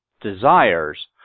desires